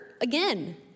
again